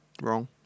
Wrong